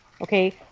okay